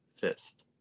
fist